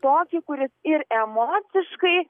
tokį kuris ir emociškai